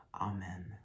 Amen